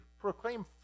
proclaim